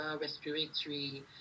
respiratory